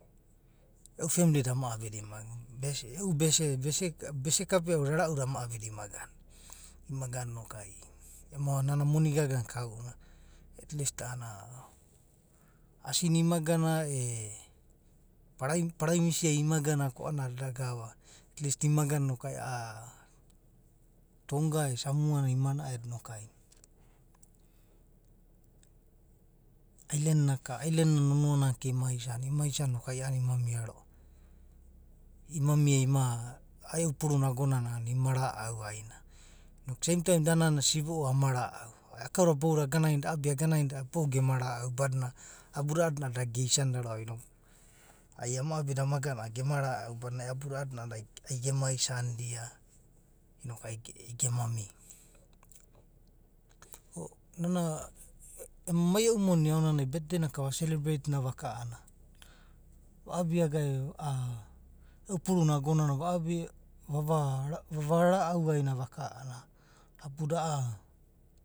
E’u family da ama abida ama gana, e’u bese da, bese. bese kapea’u da. rara uda ama abidia ima gana. ima gana. inoku. ema na moni gaga na kau’una at least a’’anana. asinai ima gana e, parai parai misi ai ima gana e ko a’ana da gava. at least ima gana noku ai tonga e samoa ai ima nae do noku ai. ailen naka. ailen naka nonoana ka ima isaniannoku ai a’anana imma mia roa. ima mia. a’a e’u puru na agonana a’anana ima ra’au ai mia noku same time da nana sibou ama ra’au, a’a kauda boudada aganainidia. abia agana ai nida a’adada boudadi gema ra’au badina abuda a’adina a’a dada da geisanida roa’va noku ai ama abida amaganai inida a’anana gema ra’au badinana aiabuda a’adina a’adada ai gema isa nida noku ai gem amia. ko mana ema mai e’u moni aonanai betdei naka ama selebreitina vaka a’anana e’u puru na ago nana va abia. va raau aina vaka a’anana a’a abuda.